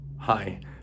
Hi